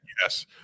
yes